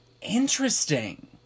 Interesting